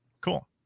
Cool